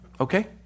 Okay